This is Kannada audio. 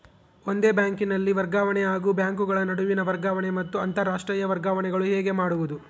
ಒಂದೇ ಬ್ಯಾಂಕಿನಲ್ಲಿ ವರ್ಗಾವಣೆ ಹಾಗೂ ಬ್ಯಾಂಕುಗಳ ನಡುವಿನ ವರ್ಗಾವಣೆ ಮತ್ತು ಅಂತರಾಷ್ಟೇಯ ವರ್ಗಾವಣೆಗಳು ಹೇಗೆ ಮಾಡುವುದು?